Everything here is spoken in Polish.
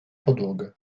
podłogę